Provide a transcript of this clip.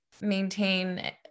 maintain